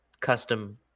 custom